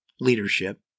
leadership